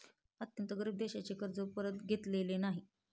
अत्यंत गरीब देशांचे कर्ज परत घेतलेले नाही